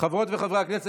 חברות וחברי הכנסת,